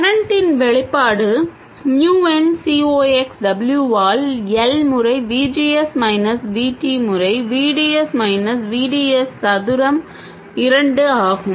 கரண்ட்டின்த்தின் வெளிப்பாடு mu n C ox W ஆல் L முறை V G S minus V T முறை V D S minus V D S சதுரம் 2 ஆகும்